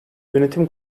yönetim